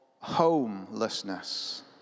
homelessness